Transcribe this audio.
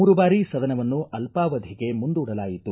ಮೂರು ಬಾರಿ ಸದನವನ್ನು ಅಲ್ಲಾವಧಿಗೆ ಮುಂದೂಡಲಾಯಿತು